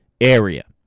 area